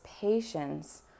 patience